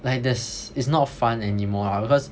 like there's it's not fun anymore lah because